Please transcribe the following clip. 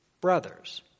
Brothers